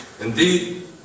Indeed